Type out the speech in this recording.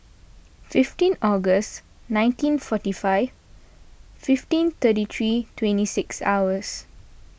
fifteen August nineteen forty five fifteen thirty three twenty six hours